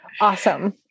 awesome